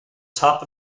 top